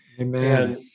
Amen